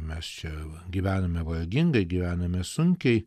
mes čia gyvename vargingai gyvename sunkiai